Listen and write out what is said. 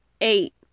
Eight